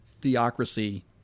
theocracy